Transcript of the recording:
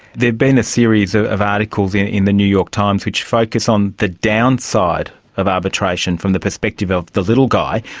been a series ah of articles in in the new york times which focus on the downside of arbitration from the perspective of the little guy.